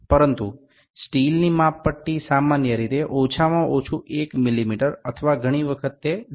પરંતુ સ્ટીલની માપપટ્ટી સામાન્ય રીતે ઓછામાં ઓછું 1 મિલીમીટર અથવા ઘણી વખત તે 0